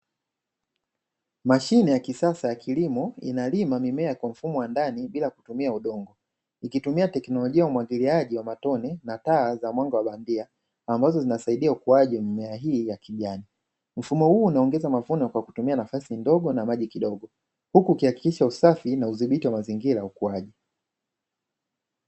Mashine ya kisasa ya kilimo inalima mimea kwa mfumo wa ndani bila kutumia udongo. Ikitumia teknolojia ya umwagiliaji wa matone na taa za mwanga wa bandia, ambazo zinasaidia ukuaji wa mimea hii ya kijani. Mfumo huu unaongeza mavuno kwa kutumia nafasi ndogo na maji kidogo, huku ukihakikisha usafi na udhibiti wa mazingira ya ukuaji.